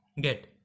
get